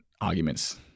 arguments